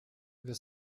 wir